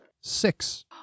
Six